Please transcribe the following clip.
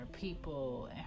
people